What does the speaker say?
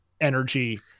energy